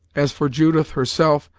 as for judith, herself,